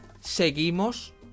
seguimos